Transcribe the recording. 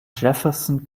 jefferson